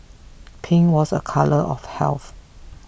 pink was a colour of health